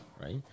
right